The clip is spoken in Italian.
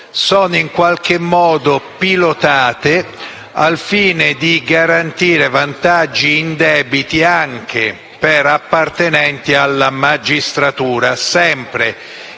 siano in qualche modo pilotate al fine di garantire vantaggi indebiti anche per appartenenti alla magistratura, sempre